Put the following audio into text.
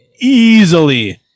easily